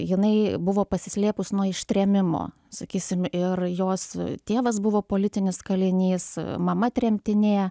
jinai buvo pasislėpus nuo ištrėmimo sakysim ir jos tėvas buvo politinis kalinys mama tremtinė